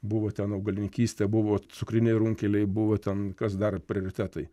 buvo ten augalininkystė buvo cukriniai runkeliai buvo ten kas dar prioritetai